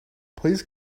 please